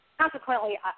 consequently